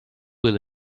will